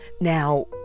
Now